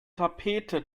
tapete